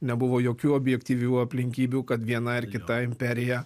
nebuvo jokių objektyvių aplinkybių kad viena ar kita imperija